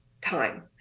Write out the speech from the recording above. time